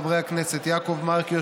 חברי הכנסת יעקב מרגי,